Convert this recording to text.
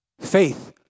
Faith